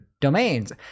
domains